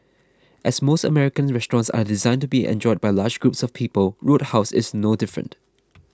as most American restaurants are designed to be enjoyed by large groups of people Roadhouse is no different